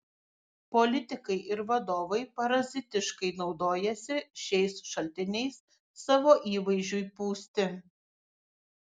politikai ir vadovai parazitiškai naudojasi šiais šaltiniais savo įvaizdžiui pūsti